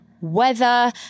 weather